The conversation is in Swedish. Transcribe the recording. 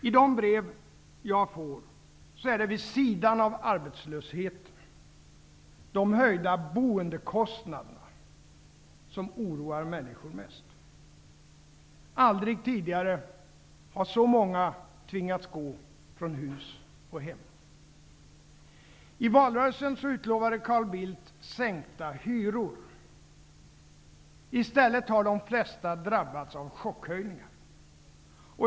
I de brev jag får är det, vid sidan av arbetslösheten, de höjda boendekostnaderna som oroar människor mest. Aldrig tidigare har så många tvingats gå från hus och hem. I valrörelsen utlovade Carl Bildt sänkta hyror. I stället har de flesta drabbats av chockhöjningar.